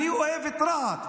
אני אוהב את רהט,